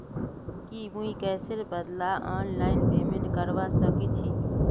की मुई कैशेर बदला ऑनलाइन पेमेंट करवा सकेछी